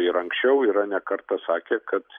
ir anksčiau yra ne kartą sakę kad